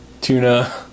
tuna